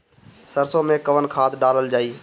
सरसो मैं कवन खाद डालल जाई?